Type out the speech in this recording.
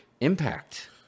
impact